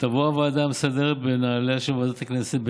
תבוא הוועדה המסדרת בנעליה של ועדת הכנסת.